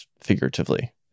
figuratively